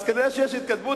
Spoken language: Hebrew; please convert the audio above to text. אז כנראה יש התקדמות,